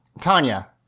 Tanya